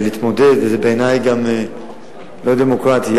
זה בעיני גם לא דמוקרטי.